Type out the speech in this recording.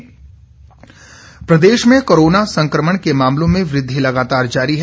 Himachal corona Pradesh में corona संकमण के मामलों में वृद्धि लगातार जारी है